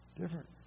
Different